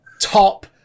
top